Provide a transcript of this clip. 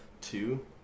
Two